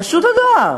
של רשות הדואר,